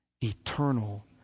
eternal